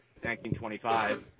1925